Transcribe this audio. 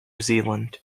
zealand